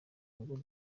ngo